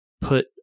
put